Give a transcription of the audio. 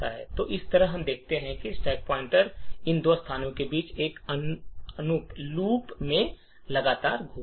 तो इस तरह हम देखते हैं कि स्टैक पॉइंटर इन दो स्थानों के बीच एक अनंत लूप में लगातार घूमता रहता है